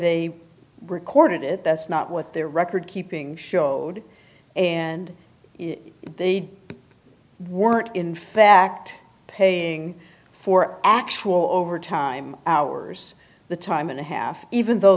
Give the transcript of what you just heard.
they recorded it that's not what their record keeping showed and they weren't in fact paying for actual overtime hours the time and a half even though